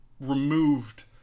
removed